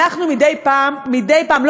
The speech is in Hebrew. אנחנו מדי פעם, יש דיונים בוועדות.